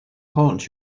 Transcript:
haunt